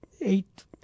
eight